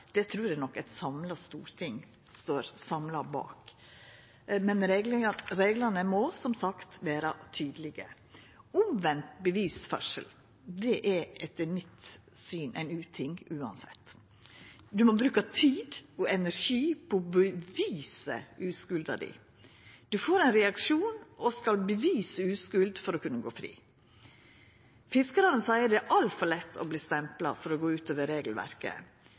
trur eg nok Stortinget står samla bak. Men reglane må, som sagt, vera tydelege. Omvend bevisførsel er etter mitt syn ein uting uansett. Ein må bruka tid og energi på å bevisa uskulda si. Ein får ein reaksjon og skal bevisa uskuld for å kunna gå fri. Fiskarane seier at det er altfor lett å verta stempla for å gå utover regelverket.